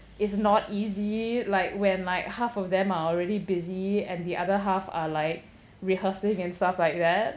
is not easy like when like half of them are already busy and the other half are like rehearsing and stuff like that